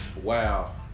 Wow